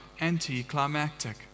anticlimactic